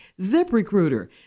ZipRecruiter